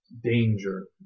danger